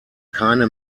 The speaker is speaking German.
keine